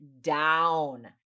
down